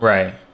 Right